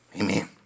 amen